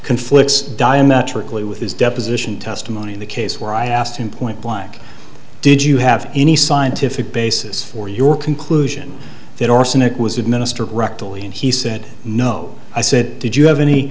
conflicts diametrically with his deposition testimony in the case where i asked him point blank did you have any scientific basis for your conclusion that arsenic was administered rectally and he said no i said did you have any